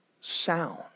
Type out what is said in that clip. sound